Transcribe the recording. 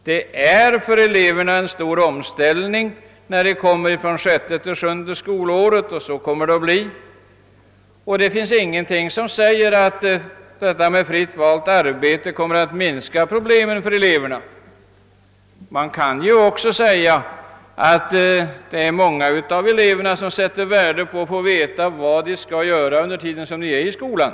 För eleverna är det fråga om en stor omställning då de går över från den sjätte till den sjunde årskursen. Så kommer det också att bli, och ingenting säger att det blir mindre problem för eleverna vid fritt valt arbete. Många av dem sätter också värde på att få veta vad de skall göra under den tid de är i skolan.